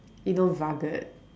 you know rugged